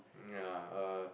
yeah uh